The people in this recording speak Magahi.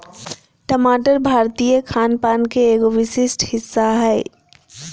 टमाटर भारतीय खान पान के एगो विशिष्ट हिस्सा हय